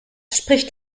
spricht